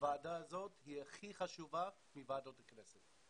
הוועדה הזאת היא הכי חשובה מוועדות הכנסת.